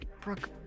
Brooke